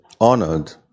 honored